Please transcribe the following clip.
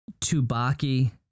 Tubaki